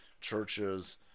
churches